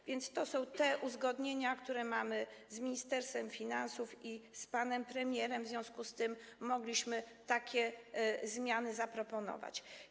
A więc to są te uzgodnienia, które mamy z ministerstwem finansów i z panem premierem, w związku z tym mogliśmy takie zmiany zaproponować.